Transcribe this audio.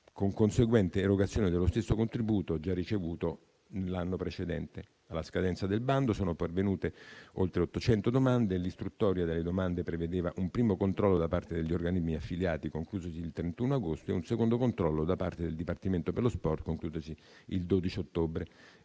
con conseguente erogazione dello stesso contributo già ricevuto l'anno precedente. Alla scadenza del bando sono pervenute oltre 800 domande. L'istruttoria delle domande prevedeva un primo controllo da parte degli organismi affiliati conclusosi il 31 agosto e un secondo controllo, da parte del dipartimento per lo sport, conclusosi il 12 ottobre